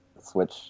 switch